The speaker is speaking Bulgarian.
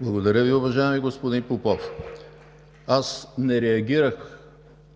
Благодаря Ви, уважаеми господин Попов. Не реагирах